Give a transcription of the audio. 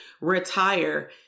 retire